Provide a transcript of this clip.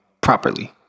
properly